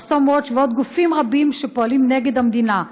מחסום watch ועוד גופים רבים שפועלים נגד המדינה.